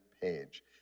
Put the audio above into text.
page